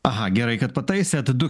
aha gerai kad pataisėt du